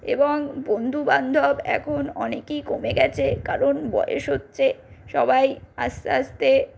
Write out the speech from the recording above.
এবং বন্ধুবান্ধব এখন অনেকই কমে গেছে কারণ বয়স হচ্ছে সবাই আস্তে আস্তে